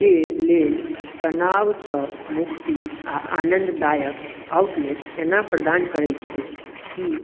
के लेल तनावसँ मुक्ति आ आनन्ददायक आउटलेट एना प्रदान करै छै कि